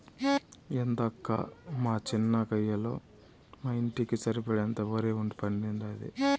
ఏందక్కా మా చిన్న కయ్యలో మా ఇంటికి సరిపడేంత ఒరే పండేది